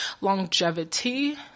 longevity